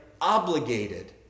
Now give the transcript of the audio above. obligated